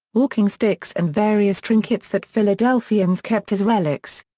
walking sticks and various trinkets that philadelphians kept as relics.